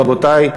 רבותי,